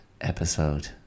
episode